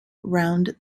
round